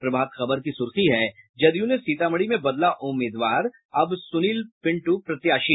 प्रभात खबर की सुर्खी है जदयू ने सीतामढ़ी में बदला उम्मीदवार अब सुनील पिंटू प्रत्याशी